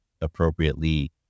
appropriately